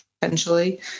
potentially